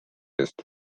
eest